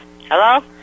Hello